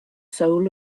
soul